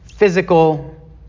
Physical